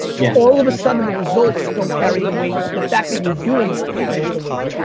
yeah all of a sudden, the results don't carry the weight, the fact that you're doing it carries the weight.